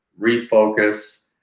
refocus